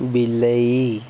ବିଲେଇ